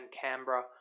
Canberra